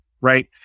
right